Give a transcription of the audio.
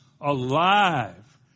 alive